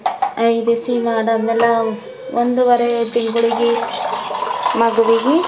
ಐದೇಸಿ ಮಾಡಿದ ಮೇಲೆ ಒಂದುವರೆ ತಿಂಗಳಿಗೆ ಮಗುವಿಗೆ